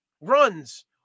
runs